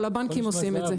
אבל הבנקים עושים את זה.